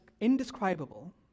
indescribable